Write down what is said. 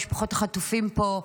משפחות החטופים פה.